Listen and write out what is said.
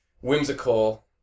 whimsical